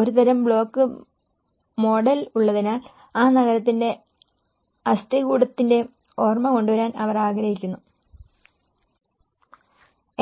ഒരു തരം ബ്ലോക്ക് മോഡലിൽ ഉള്ളതിനാൽ ആ ഗ്രാമത്തിന്റെ അസ്ഥികൂടത്തിന്റെ ഓർമ്മ കൊണ്ടുവരാൻ അവർ ആഗ്രഹിക്കുന്നു